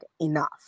enough